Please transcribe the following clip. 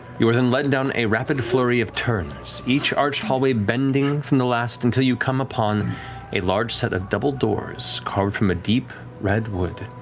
you are then led down a rapid flurry of turns, each arched hallway bending from the last until you come upon a large set of double doors carved from a deep red wood,